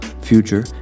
Future